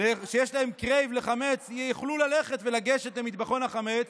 שיש להם crave לחמץ, יוכלו לגשת למטבחון החמץ,